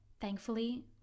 Thankfully